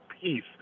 peace